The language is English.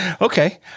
Okay